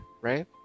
right